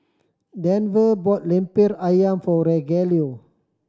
Denver bought Lemper Ayam for Rogelio